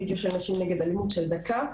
הווידאו של נשים נגד אלימות של דקה.